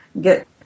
get